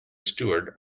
steward